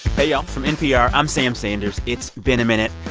hey y'all. from npr, i'm sam sanders. it's been a minute.